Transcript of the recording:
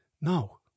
No